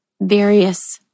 various